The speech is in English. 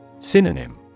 Synonym